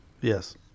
Yes